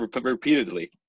repeatedly